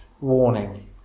warning